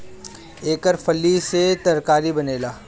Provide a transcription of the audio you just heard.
एकर फली से तरकारी बनेला